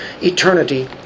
eternity